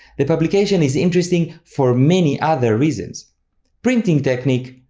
the publication is interesting for many other reasons printing technique,